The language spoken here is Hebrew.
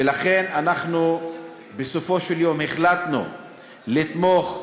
ולכן, אנחנו בסופו של יום החלטנו לתמוך,